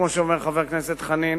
כמו שאומר חבר הכנסת חנין,